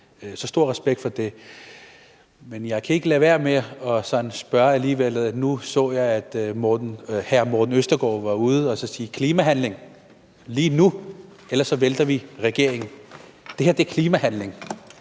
Stor respekt for det. Men jeg kan alligevel ikke lade være med at komme med en kommentar. Jeg så, at hr. Morten Østergaard var ude og sige: Vi skal have klimahandling lige nu – ellers vælter vi regeringen. Det her er klimahandling,